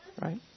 Right